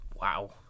Wow